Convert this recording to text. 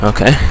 Okay